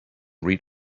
read